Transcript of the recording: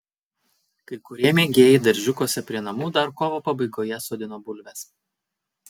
kai kurie mėgėjai daržiukuose prie namų dar kovo pabaigoje sodino bulves